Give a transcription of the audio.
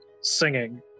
singing